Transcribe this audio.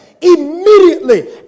Immediately